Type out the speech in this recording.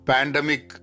Pandemic